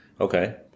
Okay